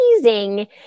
amazing